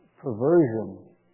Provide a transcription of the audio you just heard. perversion